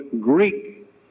Greek